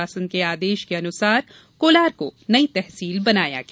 शासन के आदेश के अनुसार कोलार को नई तहसील बनाया गया